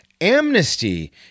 amnesty